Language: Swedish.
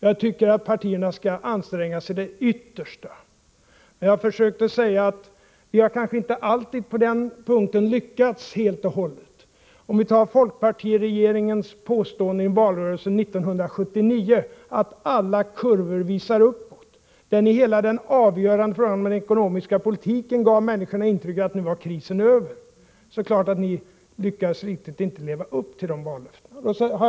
Jag tycker att partierna skall anstränga sig till det yttersta. Jag har också försökt säga att de kanske inte alltid har lyckats helt och hållet på den punkten. Vi kan som exempel ta folkpartiregeringens påstående i valrörelsen 1979 att alla kurvor visar uppåt. Där gav ni i hela den avgörande frågan om den ekonomiska politiken människorna intrycket att nu var krisen över. Det är klart att ni inte riktigt har lyckats leva upp till de vallöftena.